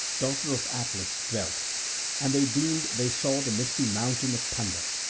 daughter of atlas, dwelt and they deemed they saw the misty mountains of thunder.